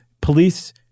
Police